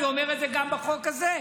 אני אומר את זה גם בחוק הזה.